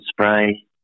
spray